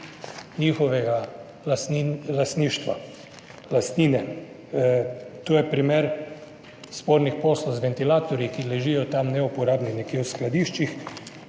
njihovega lastništva, lastnine. To je primer spornih poslov z ventilatorji, ki ležijo tam neuporabni nekje v skladiščih.